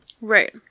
Right